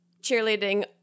cheerleading